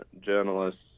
journalists